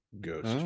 Ghost